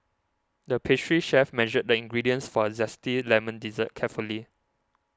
the pastry chef measured the ingredients for a Zesty Lemon Dessert carefully